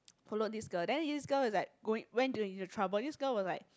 followed this girl then this girl is like going went into trouble this girl was like